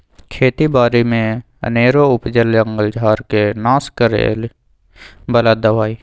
खेत बारि में अनेरो उपजल जंगल झार् के नाश करए बला दबाइ